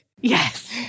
Yes